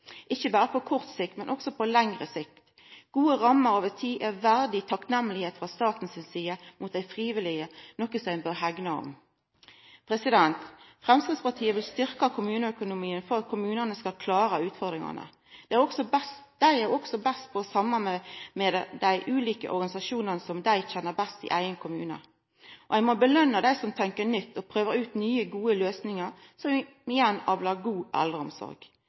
ikkje berre på kort sikt, men også på lengre sikt. Gode rammer over tid er verdig takknemlegheit frå statens side til dei frivillige, noko ein bør hegna om. Framstegspartiet vil styrka kommuneøkonomien for at kommunane skal klara utfordringane. Kommunane er også dei som er best på å samarbeida med dei ulike organisasjonane – som dei kjenner i eigen kommune. Ein må påskjøna dei som tenker nytt og prøver ut nye og gode løysingar, som igjen avlar god eldreomsorg.